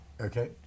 Okay